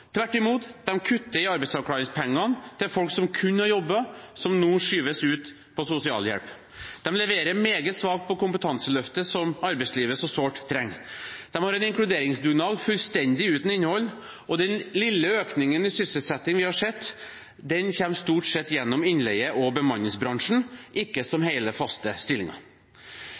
Tvert imot kutter de i arbeidsavklaringspengene til folk som kunne ha jobbet, og som nå skyves ut på sosialhjelp. De leverer meget svakt på kompetanseløftet som arbeidslivet så sårt trenger. De har en inkluderingsdugnad fullstendig uten innhold, og den lille økningen i sysselsetting vi har sett, kommer stort sett gjennom innleie og bemanningsbransjen, ikke som hele, faste